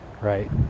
right